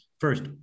first